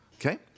Okay